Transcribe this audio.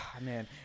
man